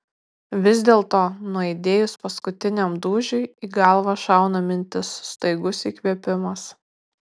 vis dėlto nuaidėjus paskutiniam dūžiui į galvą šauna mintis staigus įkvėpimas